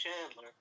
Chandler